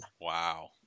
Wow